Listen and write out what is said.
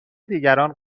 دیگران